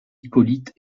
hippolyte